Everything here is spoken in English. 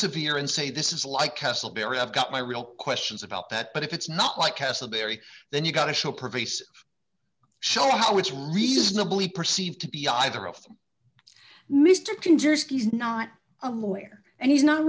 severe and say this is like castleberry i've got my real questions about that but if it's not like castleberry then you gotta show pervasive shell how it's reasonably perceived to be either of them mr kanjorski is not a lawyer and he's not